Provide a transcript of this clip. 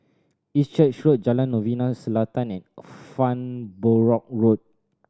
East Church Road Jalan Novena Selatan and Farnborough Road